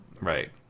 right